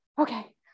okay